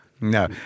No